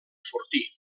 fortí